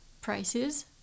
prices